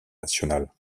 national